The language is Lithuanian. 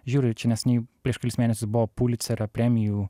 žiūriu čia neseniai prieš kelis mėnesius buvo pulicerio premijų